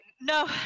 No